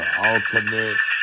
ultimate